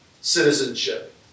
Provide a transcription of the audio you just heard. citizenship